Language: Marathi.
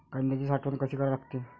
कांद्याची साठवन कसी करा लागते?